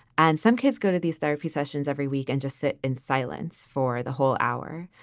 and some kids go to these therapy sessions every week and just sit in silence for the whole hour.